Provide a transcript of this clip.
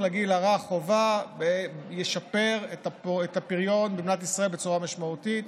לגיל הרך חובה ישפר את הפריון במדינת ישראל בצורה משמעותית,